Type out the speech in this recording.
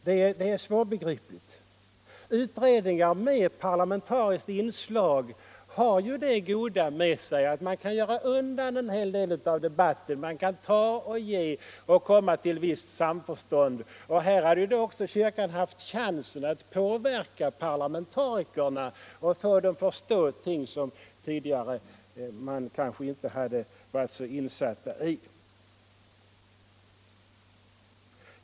Det är svårbegripligt. Utredningar med parlamentariskt inslag har ju det goda med sig att man där kan göra undan en hel del av debatten, man kan ta och ge och komma till visst samförstånd. Här hade kyrkan då också haft chansen att påverka parlamentarikerna och få dem att förstå ting som de tidigare kanske inte var så insatta i.